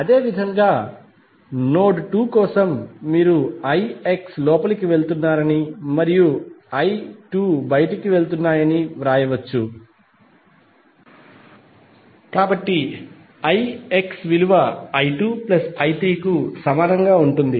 అదేవిధంగా నోడ్ 2 కోసం మీరు ix లోపలికి వెళుతుందని మరియు I2 మరియు I3 బయటికి వెళుతున్నాయని వ్రాయవచ్చు కాబట్టి ix విలువ I2I3 కు సమానంగా ఉంటుంది